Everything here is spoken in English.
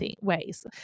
ways